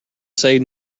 say